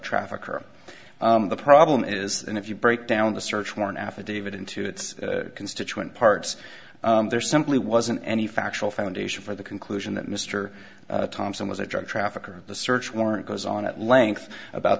trafficker the problem is and if you break down the search warrant affidavit into its constituent parts there simply wasn't any factual foundation for the conclusion that mr thompson was a drug trafficker the search warrant goes on at length about